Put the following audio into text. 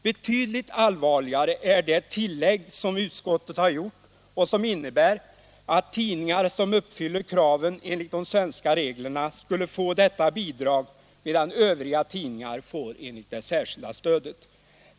Betydligt allvarligare är det tillägg som utskottet har gjort och som innebär att tidningar som uppfyller kraven enligt de svenska reglerna skall få detta bidrag, medan övriga tidningar får enligt det särskilda stödet.